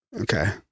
Okay